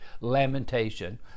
lamentation